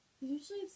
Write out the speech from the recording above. usually